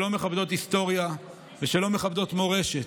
שלא מכבדות היסטוריה ושלא מכבדות מורשת.